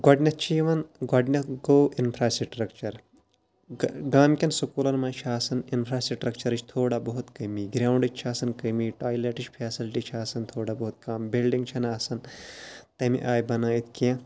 گۄڈنیٚتھ چھِ یِوان گۄڈنیٚتھ گوٚو اِنفراسٹرکچَر گامکٮ۪ن سکوٗلَن مَنٛز چھِ آسان اِنفراسٹرکچَرٕچ تھوڑا بہت کٔمی گراوُنڈٕچ چھِ آسان کٔمی ٹایلیٚٹٕچ فیسَلٹی چھِ آسان تھوڑا بہت کم بِلڈِنٛگ چھَنہٕ آسان تمہِ آیہِ بَنٲیِتھ کینٛہہ